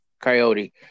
Coyote